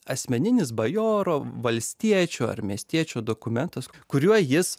asmeninis bajoro valstiečio ar miestiečio dokumentas kuriuo jis